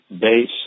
base